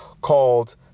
called